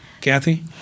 Kathy